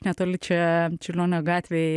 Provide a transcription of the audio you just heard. netoli čia čiurlionio gatvėj